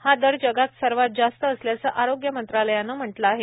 हा दर जगात सर्वांत जास्त असल्याचं आरोग्य मंत्रालयानं म्हटलं आहे